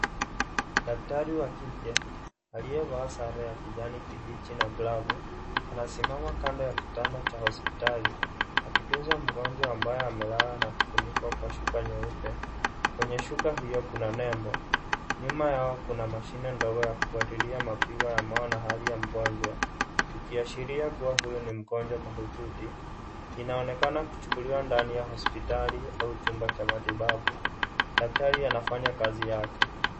Daktari wa kike aliyevaa sare ya kijani kibichi na glavu anasimama kando ya kitanda cha hospitali akitunza mgonjwa ambaye amelala na kufunikwa kwa shuka nyeupe . Kwenye shuka hiyo kuna nembo . Nyuma yao kuna mashine ndogo ya kufuatilia mapigo ya moyo na hali ya mgonjwa ikiashiria kuwa huyu ni mgonjwa mahututi . Inaonekana kuchukuliwa ndani ya hospitali au chumba cha matibabu , daktari anafanya kazi yake.